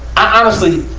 i honestly,